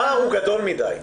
הפער הוא גדול מידי.